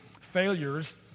failures